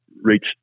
reached